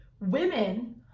Women